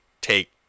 take